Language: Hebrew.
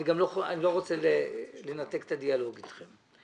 אני לא רוצה לנתק את הדיאלוג אתכם.